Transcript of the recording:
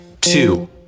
two